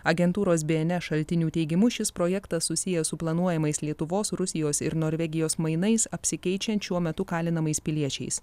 agentūros bns šaltinių teigimu šis projektas susijęs su planuojamais lietuvos rusijos ir norvegijos mainais apsikeičiant šiuo metu kalinamais piliečiais